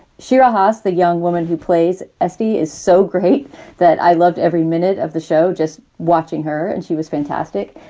shiraz, ah so the young woman who plays s d. is so great that i loved every minute of the show just watching her. and she was fantastic.